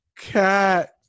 Cat